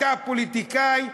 אתה פוליטיקאי,